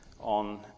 on